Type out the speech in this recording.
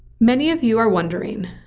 many of you are wondering,